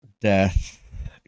death